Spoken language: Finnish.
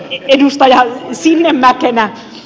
edustaja sinnemäkenä